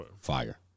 Fire